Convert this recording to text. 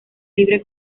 libre